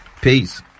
Peace